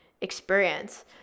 experience